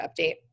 update